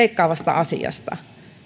asiasta